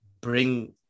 bring